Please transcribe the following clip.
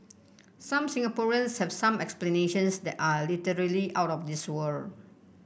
some Singaporeans have some explanations that are literally out of this world